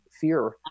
fear